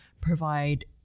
provide